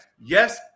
yes